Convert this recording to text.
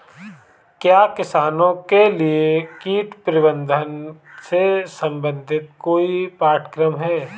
क्या किसानों के लिए कीट प्रबंधन से संबंधित कोई पाठ्यक्रम है?